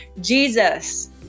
Jesus